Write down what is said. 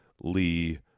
Lee